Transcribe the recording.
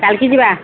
କାଲିକି ଯିବା